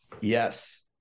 Yes